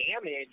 damage